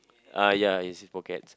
uh ya is his pockets